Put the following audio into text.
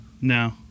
No